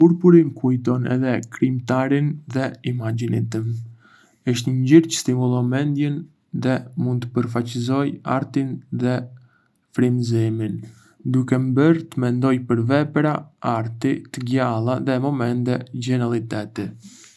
Purpuri më kujton krijimtarinë dhe imagjinatën. Është një ngjyrë çë stimulon mendjen dhe mund të përfaçësojë artin dhe frymëzimin, duke më bërë të mendoj për vepra arti të gjalla dhe momente gjenialiteti.